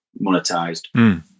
monetized